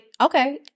okay